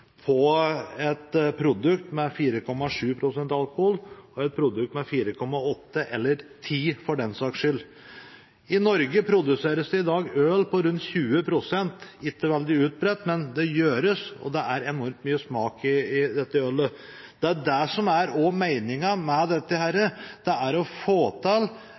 på et produkt med 4,7 pst. alkohol og et produkt med 4,8 pst., eller 10 pst., for den saks skyld. I Norge produseres det i dag øl med rundt 20 pst. alkohol – ikke veldig utbredt, men det gjøres, og det er enormt mye smak i dette ølet. Det er også det som er meningen med dette. Det er å få til